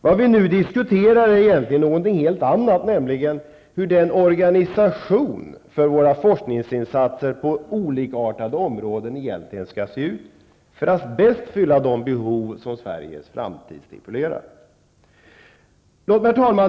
Vad vi nu diskuterar är egentligen något helt annat, nämligen hur organisationen för våra forskningsinsatser på olika områden egentligen skall se ut för att bäst fylla de behov som Sveriges framtid stipulerar. Herr talman!